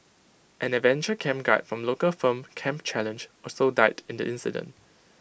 an adventure camp guide from local firm camp challenge also died in the incident